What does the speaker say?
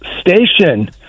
station